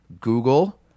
Google